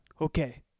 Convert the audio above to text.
okay